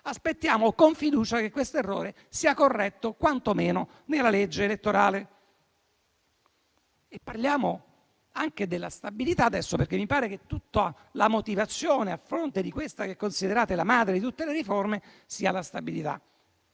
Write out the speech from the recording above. Aspettiamo con fiducia che questo errore sia corretto quantomeno nella legge elettorale. Parliamo anche della stabilità, adesso, perché mi pare che tutta la motivazione a fronte di quella che considerate la madre di tutte le riforme sia la stabilità.